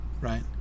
right